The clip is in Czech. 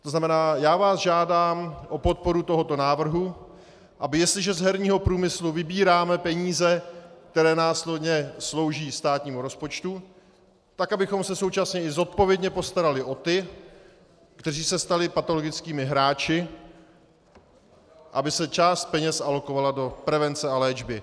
To znamená, že vás žádám o podporu tohoto návrhu, aby jestliže z herního průmyslu vybíráme peníze, které následně slouží státnímu rozpočtu, abychom se současně i zodpovědně postarali o ty, kteří se stali patologickými hráči, aby se část peněz alokovala do prevence a léčby.